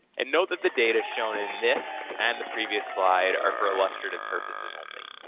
and note that the data shown in this and the previous slide are for a illustrated purposes only.